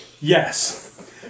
Yes